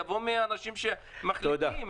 יבוא מהאנשים שמחליטים,